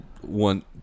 one